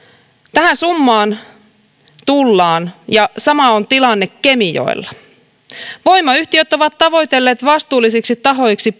tähän summaan tullaan ja sama on tilanne kemijoella voimayhtiöt ovat tavoitelleet pohjoisen kalatiehankkeisiin vastuullisiksi tahoiksi